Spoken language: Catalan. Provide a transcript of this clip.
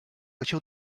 caixer